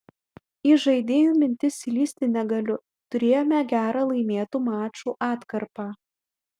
į žaidėjų mintis įlįsti negaliu turėjome gerą laimėtų mačų atkarpą